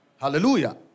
Hallelujah